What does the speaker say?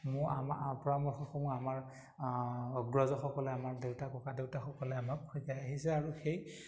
মোৰ আমাৰ পৰামৰ্শসমূহ আমাৰ অগ্ৰজকসকলে আমাৰ দেউতা ককা দেউতাসকলে আমাক শিকাই আহিছে আৰু সেই